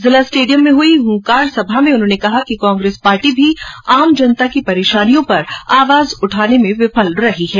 जिला स्टेडियम में हुई हुंकार सभा में उन्होने कहा कि कांग्रेस पार्टी भी आम जनता की परेशानियों पर आवाज उठाने में विफल रही है